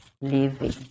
living